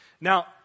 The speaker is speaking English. Now